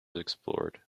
explored